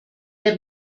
der